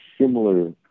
similar